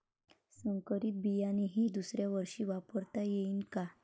संकरीत बियाणे हे दुसऱ्यावर्षी वापरता येईन का?